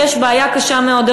יש בעיה קשה מאוד.